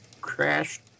crashed